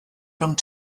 rhwng